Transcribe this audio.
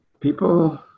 People